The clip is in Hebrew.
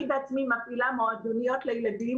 אני בעצמי מפעילה מועדוניות לילדים